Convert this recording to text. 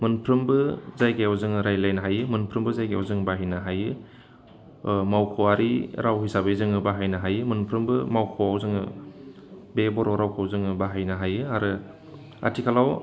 मोनफ्रोमबो जायगायाव जोङो रायज्लायनो हायो मोनफ्रोमबो जायगायाव जोङो बाहायनो हायो मावख'आरि राव हिसाबै जोङो मोनफ्रोमबो मावख'आव जोङो बे बर' रावखौ जोङो बाहायनो हायो आरो आथिखालाव